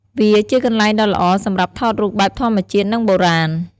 វាជាកន្លែងដ៏ល្អសម្រាប់ថតរូបភាពបែបធម្មជាតិ និងបុរាណ។